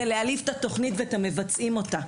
זה להעליב את התוכנית ואת המבצעים אותה.